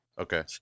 Okay